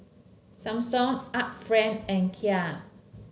Samsung Art Friend and Kia